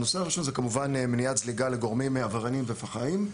הנושא הראשון זה כמובן מניעת זליגה לגורמים עברייניים ופח"עים,